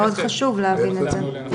מאוד חשוב להבין את זה.